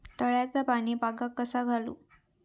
तळ्याचा पाणी बागाक कसा घालू?